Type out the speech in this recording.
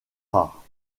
rare